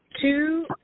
Two